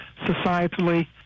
societally